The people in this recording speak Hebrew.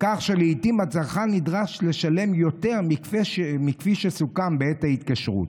כך שלעיתים הצרכן נדרש לשלם יותר מכפי שסוכם בעת ההתקשרות.